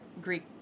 Greek